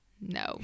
No